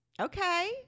okay